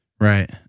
Right